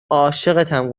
عاشقتم